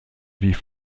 wie